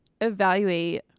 evaluate